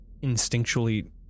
instinctually